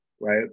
right